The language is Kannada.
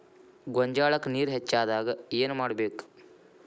ಗೊಂಜಾಳಕ್ಕ ನೇರ ಹೆಚ್ಚಾದಾಗ ಏನ್ ಮಾಡಬೇಕ್?